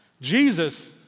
Jesus